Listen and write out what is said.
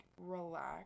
relax